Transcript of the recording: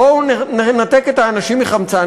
בואו ננתק את האנשים מחמצן,